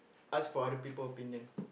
ask for other people opinion